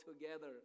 together